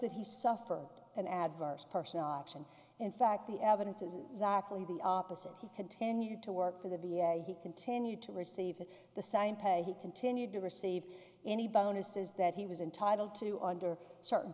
that he suffered an adverse personal option in fact the evidence is exactly the opposite he continued to work for the v a he continued to receive the same pay he continued to receive any bonuses that he was entitled to under certain